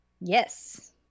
yes